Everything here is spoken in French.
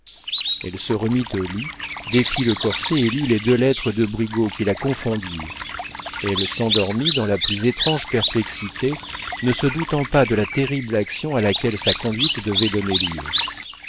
elle se remit au lit défit le corset et lut les deux lettres de brigaut qui la confondirent elle s'endormit dans la plus étrange perplexité ne se doutant pas de la terrible action à laquelle sa conduite devait donner lieu